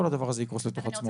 כל הדבר זה יקרוס לתוך עצמו.